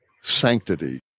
sanctity